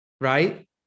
right